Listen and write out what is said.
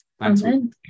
Amen